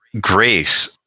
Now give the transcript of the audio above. grace